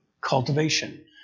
cultivation